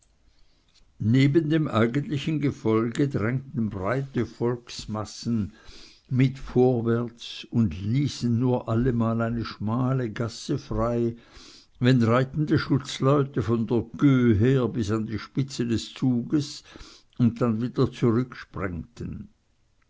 neben dem eigentlichen gefolge drängten breite volksmassen mit vorwärts und ließen nur allemal eine schmale gasse frei wenn reitende schutzleute von der queue her bis an die spitze des zuges und dann wieder